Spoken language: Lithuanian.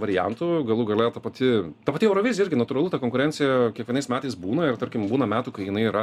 variantų galų gale ta pati ta pati eurovizija irgi natūralu ta konkurencija kiekvienais metais būna ir tarkim būna metų kai jinai yra